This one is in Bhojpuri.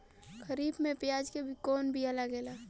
खरीफ में प्याज के कौन बीया लागेला?